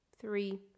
three